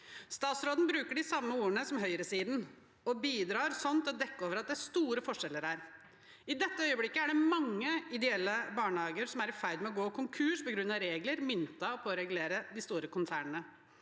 Statsråden bruker de samme ordene som høyresiden, og bidrar sånn til å dekke over at det er store forskjeller der. I dette øyeblikket er det mange ideelle barnehager som er i ferd med å gå konkurs på grunn av regler myntet på å regulere de store konsernene.